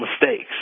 mistakes